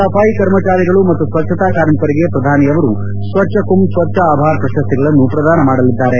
ಸಫಾಯಿ ಕರ್ಮಚಾರಿಗಳು ಮತ್ತು ಸ್ವಚ್ಛತಾ ಕಾರ್ಮಿಕರಿಗೆ ಪ್ರಧಾನಿಯವರು ಸ್ವಚ್ವ ಕುಂಭ್ ಸ್ವಚ್ವ ಆಭಾರ್ ಪ್ರಶಸ್ತಿಗಳನ್ನು ಪ್ರದಾನ ಮಾಡಲಿದ್ದಾರೆ